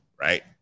right